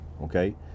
okay